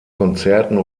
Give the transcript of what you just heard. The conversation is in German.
konzerten